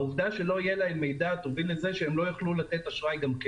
העובדה שלא יהיה להם מידע תוביל לזה שגם הם לא יוכלו לתת אשראי.